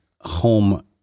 home